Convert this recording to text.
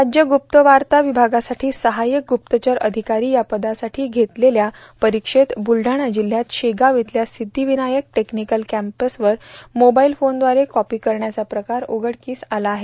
राज्य ग्रप्तवार्ता विभागासाठी सहायक ग्रप्तचर अधिकारी या पदासाठी घेतलेल्या परीक्षेत बुलडाणा जिल्ह्यात शेगाव इथल्या सिद्धिविनायक टेक्निकल कॅम्पसवर मोबाईल फोनद्वारे कॉपी करण्याचा प्रकार उधडकीला आला आहे